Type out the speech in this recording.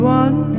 one